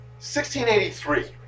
1683